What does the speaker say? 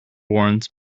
warns